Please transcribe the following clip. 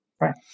Right